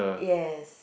yes